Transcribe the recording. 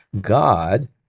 God